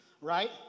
Right